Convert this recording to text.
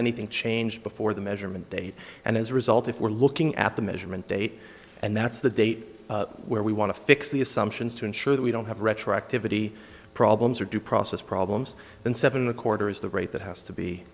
anything changed before the measurement date and as a result if we're looking at the measurement date and that's the date where we want to fix the assumptions to ensure that we don't have retroactivity problems are due process problems and seven a quarter is the rate that has to be